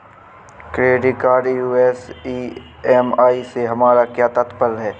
Credit card US EMI से हमारा क्या तात्पर्य है?